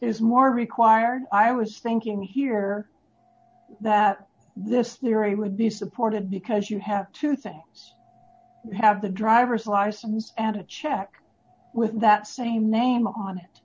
is more required i was thinking here that this theory would be supported because you have to think have the driver's license add a check with that same name on it